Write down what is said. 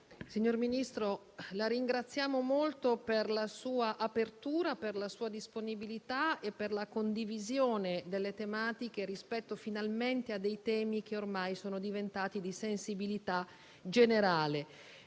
Signor Ministro, la ringraziamo molto per la sua apertura, per la sua disponibilità e per la condivisione delle tematiche rispetto a temi che ormai sono diventati di sensibilità generale.